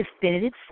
definitive